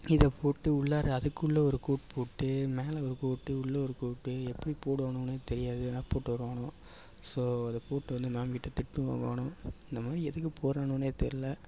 இதை போட்டு உள்ளார அதுக்குள்ளே ஒரு கோட் போட்டு மேலே ஒரு கோட்டு உள்ளே ஒரு கோட்டு எப்படி போடுவானுவன்னே தெரியாது ஆனால் போட்டு வருவானோவோ ஸோ இதை போட்டு வந்து மேம் கிட்டே திட்டு வாங்குவானோ இந்த மாதிரி எதுக்கு போட்ரானோன்னே தெரியல